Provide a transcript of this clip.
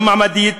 גם מעמדית,